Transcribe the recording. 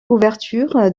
ouverture